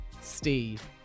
Steve